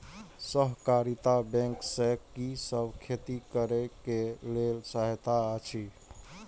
सहकारिता बैंक से कि सब खेती करे के लेल सहायता अछि?